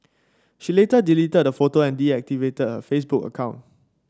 she later deleted the photo and deactivated her Facebook account